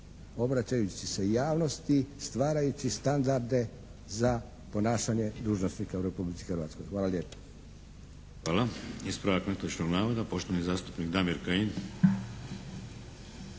obraćajući se javnosti stvarajući standarde za ponašanje dužnosnika u Republici Hrvatskoj. Hvala lijepa. **Šeks, Vladimir (HDZ)** Hvala. Ispravak netočnog navoda poštovani zastupnik Damir Kajin.